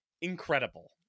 incredible